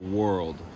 world